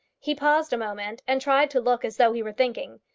he paused a moment, and tried to look as though he were thinking.